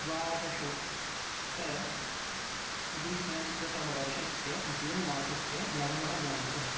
द्वादशोत्तरद्विसहस्रतमवर्षस्य June मासस्य नवमः दिनाङ्कः